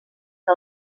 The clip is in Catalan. que